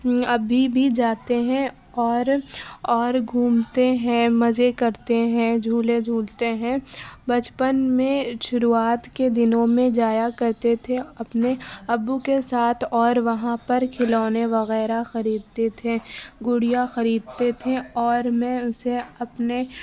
ابھی بھی جاتے ہیں اور اور گھومتے ہیں مزے کرتے ہیں جھولے جھولتے ہیں بچپن میں شروعات کے دنوں میں جایا کرتے تھے اپنے ابو کے ساتھ اور وہاں پر کھلونے وغیرہ خریدتے تھے گڑیا خریدتے تھے اور میں اسے اپنے